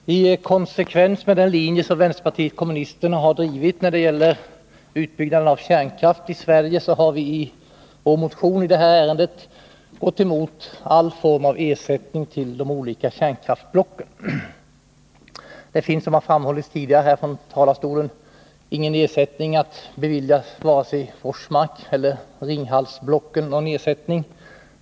Herr talman! I konsekvens med den linje som vänsterpartiet kommunisterna har drivit när det gällt utbyggnad av kärnkraft i Sverige har vi i vår motion i detta ärende gått emot all form av ersättning till de olika kärnkraftsblocken. Det finns, som redan framhållits här från talarstolen, ingen anledning att bevilja vare sig Forsmarkeller Ringhalsblocken någon ersättning.